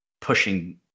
pushing